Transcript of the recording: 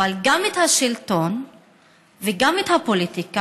אבל גם את השלטון וגם את הפוליטיקה,